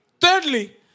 Thirdly